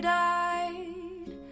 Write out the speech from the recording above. died